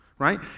right